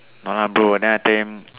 no lah bro then I tell him